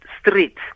street